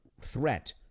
threat